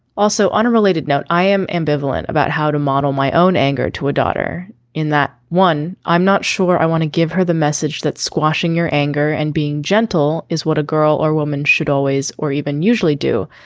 also on a related note i am ambivalent about how to model my own anger to a daughter in that one. i'm not sure i want to give her the message that squashing your anger and being gentle is what a girl or woman should always or even usually do.